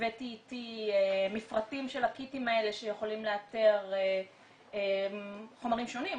הבאתי איתי מפרטים של הקיטים האלה שיכולים לאתר חומרים שונים,